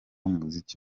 umuziki